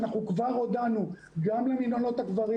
אנחנו כבר הודענו גם למינהלות הגברים